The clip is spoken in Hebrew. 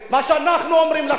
הוא אומר את